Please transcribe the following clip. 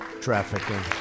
trafficking